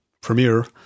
Premiere